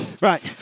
Right